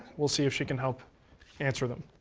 we'll see if she can help answer them.